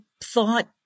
thought